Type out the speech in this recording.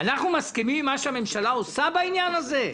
מסכימים עם מה שהממשלה עושה בעניין הזה?